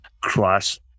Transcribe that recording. cross